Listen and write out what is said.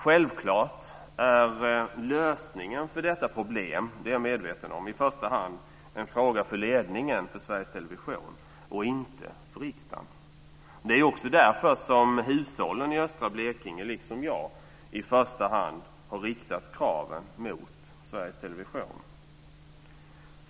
Självklart är lösningen på detta problem i första hand en fråga för ledningen för Sveriges Television och inte för riksdagen; det är jag medveten om. Det är också därför som hushållen i östra Blekinge, liksom jag, i första hand har riktat kraven mot Sveriges Television.